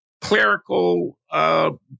clerical